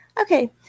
Okay